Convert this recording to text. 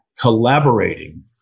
collaborating